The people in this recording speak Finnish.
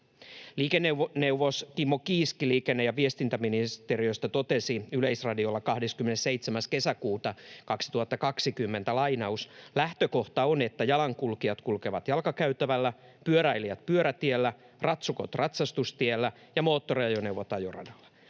Liikenneneuvos Kimmo Kiiski liikenne- ja viestintäministeriöstä totesi Yleisradiolla 27.6.2020: ”Lähtökohta on, että jalankulkijat kulkevat jalkakäytävällä, pyöräilijät pyörätiellä, ratsukot ratsastustiellä ja moottoriajoneuvot ajoradalla.